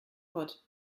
pot